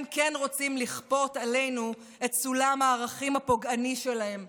הם כן רוצים לכפות עלינו את סולם הערכים הפוגעני שלהם,